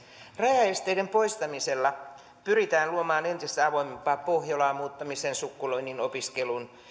rajaesteiden poistamisella pyritään luomaan entistä avoimempaa pohjolaa muuttamisen sukkuloinnin opiskelun ja